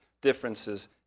differences